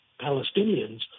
Palestinians